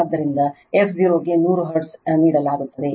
ಆದ್ದರಿಂದ f0 ಗೆ 100 hertz ನೀಡಲಾಗುತ್ತದೆ